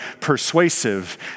persuasive